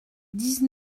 dix